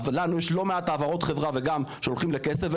לנו יש לא מעט העברות חברה וגם שהולכים לכסף.